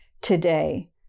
today